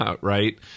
Right